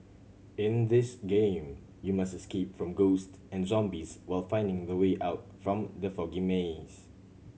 in this game you must escape from ghosts and zombies while finding the way out from the foggy maze